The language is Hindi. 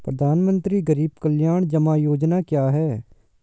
प्रधानमंत्री गरीब कल्याण जमा योजना क्या है?